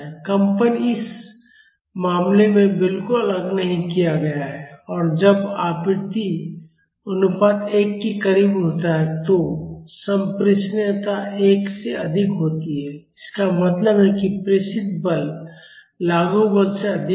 कंपन इस मामले में बिल्कुल अलग नहीं किया गया है और जब आवृत्ति अनुपात 1 के करीब होता है तो संप्रेषणीयता एक से अधिक होती है इसका मतलब है कि प्रेषित बल लागू बल से अधिक है